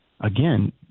Again